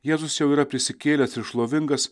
jėzus jau yra prisikėlęs ir šlovingas